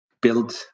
build